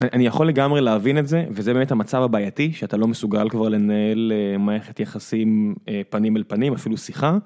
אני יכול לגמרי להבין את זה וזה באמת המצב הבעייתי שאתה לא מסוגל כבר לנהל מערכת יחסים פנים אל פנים אפילו שיחה.